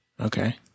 Okay